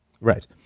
Right